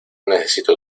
necesito